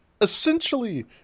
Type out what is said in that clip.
essentially